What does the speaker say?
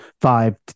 five